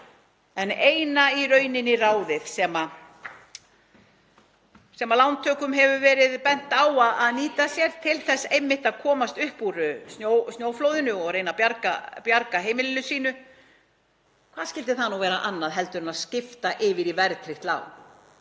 en eina í rauninni ráðið sem lántökum hefur verið bent á að nýta sér til þess einmitt að komast upp úr snjóflóðinu og reyna að bjarga heimili sínu, hvað skyldi það nú vera annað heldur en að skipta yfir í verðtryggt lán?